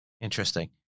Interesting